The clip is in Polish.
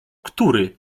który